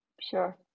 sure